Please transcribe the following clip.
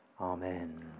Amen